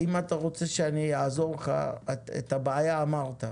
אם אתה רוצה שאני אעזור לך, את הבעיה אמרת,